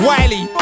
Wiley